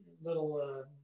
little